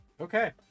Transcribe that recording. Okay